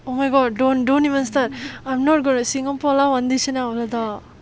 oh my god don't don't even start I'm not going to singapore லாம் வந்துடுச்சி நா அவ்ளோ தான்:laam vanthuduchi naa avlo thaan